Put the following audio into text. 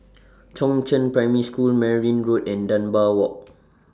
Chongzheng Primary School Merryn Road and Dunbar Walk